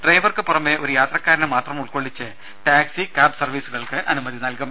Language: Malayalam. ഡ്രൈവർക്ക് പുറമേ ഒരു യാത്രക്കാരനെ മാത്രം ഉൾക്കൊള്ളിച്ച് ടാക്സി കാബ് സർവീസുകൾക്ക് അനുമതി നൽകും